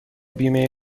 بیمه